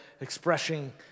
expressing